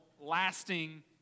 lasting